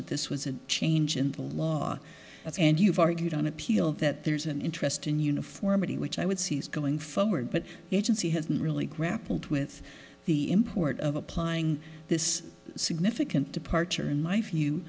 that this was a change in the law that's and you've argued on appeal that there's an interest in uniformity which i would see as going forward but agency has not really grappled with the import of applying this significant departure in life you